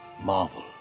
Marvel